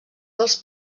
dels